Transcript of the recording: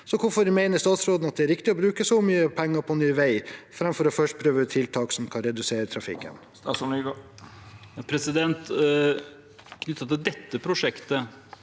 Hvorfor mener statsråden at det er riktig å bruke så mye penger på ny vei framfor først å prøve ut tiltak som kan redusere trafikken?